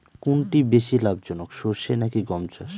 কোনটি বেশি লাভজনক সরষে নাকি গম চাষ?